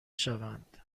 شوند